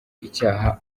icyaha